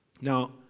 Now